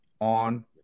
on